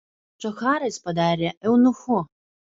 džocharą jis padarė eunuchu